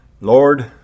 Lord